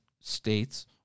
states